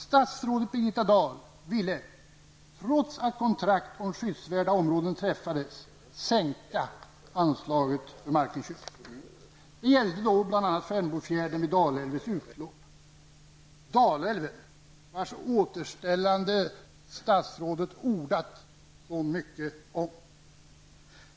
Statsrådet Birgitta Dahl ville, trots att kontrakt om skyddsvärda områden träffades, sänka anslaget för markinköp. Det gällde bl.a. Färnebofjärden vid Dalälvens utlopp, Dalälven vars återställande statsrådet ordat så mycket om.